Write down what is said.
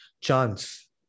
chance